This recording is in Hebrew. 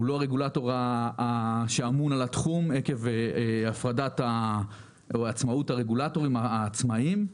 הוא לא הרגולטור שאמון על התחום עקב הפרדת עצמאות הרגולטורים העצמאיים.